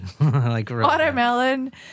Watermelon